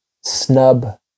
snub